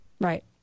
Right